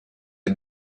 est